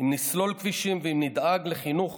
אם נסלול כבישים ואם נדאג לחינוך